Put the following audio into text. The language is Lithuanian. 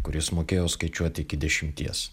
kuris mokėjo skaičiuoti iki dešimties